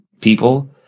people